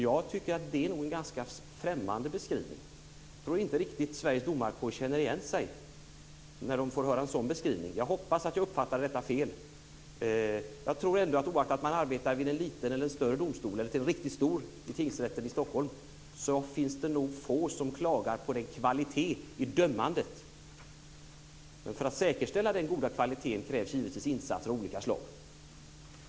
Jag tycker nog att det är en ganska främmande beskrivning. Jag tror inte att Sveriges domarkår riktigt känner igen sig när de får höra en sådan beskrivning. Jag hoppas att jag uppfattade detta fel. Jag tror ändå att oaktat om man arbetar vid en liten eller en större domstol, en riktigt stor som tingsrätten i Stockholm, finns det nog få som klagar på kvaliteten i dömandet. Men för att säkerställa den goda kvaliteten krävs givetvis insatser av olika slag.